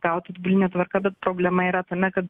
gaut atbuline tvarka bet problema yra tame kad